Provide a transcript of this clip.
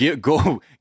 go